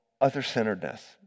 other-centeredness